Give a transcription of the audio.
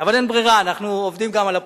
אבל אין ברירה, אנחנו עובדים גם על הפרטים.